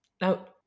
Now